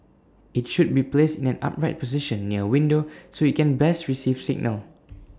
IT should be placed in an upright position near window so IT can best receive signal